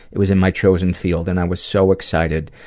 it was in my chosen field and i was so excited.